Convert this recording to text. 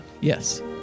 Yes